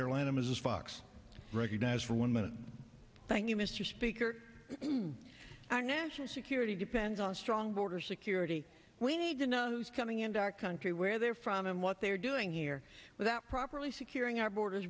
carolina ms fox recognized for one minute thank you mr speaker our national security depends on strong border security we need to know who's coming into our country where they're from and what they are doing here without properly securing our borders